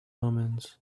omens